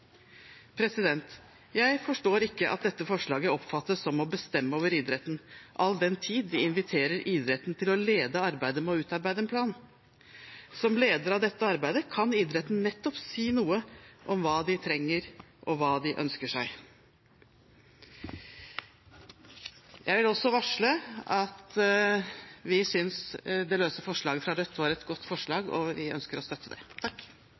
Jeg forstår ikke at dette forslaget oppfattes som å bestemme over idretten all den tid vi inviterer idretten til å lede arbeidet med å utarbeide en plan. Som leder av dette arbeidet kan idretten nettopp si noe om hva de trenger, og hva de ønsker seg. Jeg vil også varsle at vi synes det løse forslaget fra Rødt var et godt forslag, og vi ønsker å støtte det.